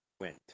went